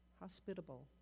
hospitable